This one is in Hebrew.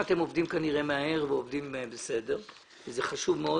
אתם עובדים כנראה מהר ועובדים בסדר וזה חשוב מאוד